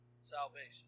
salvation